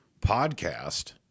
podcast